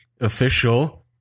official